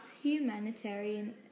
humanitarian